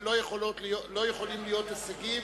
ולא יכולים להיות הישגים.